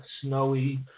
snowy –